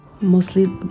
mostly